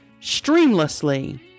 streamlessly